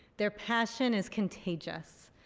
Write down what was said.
their passion is contagious.